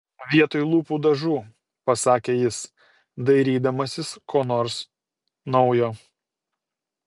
vietoj lūpų dažų pasakė jis dairydamasis ko nors naujo